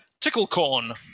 ticklecorn